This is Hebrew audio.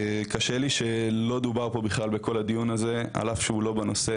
קשה לי שלא דובר פה בכלל בכל הדיון הזה אף שהוא לא בנושא